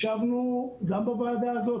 ישבנו גם בוועדה הזאת,